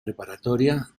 preparatoria